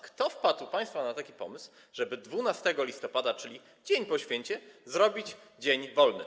Kto wpadł u państwa na taki pomysł, żeby 12 listopada, czyli dzień po święcie, zrobić dzień wolny?